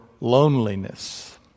loneliness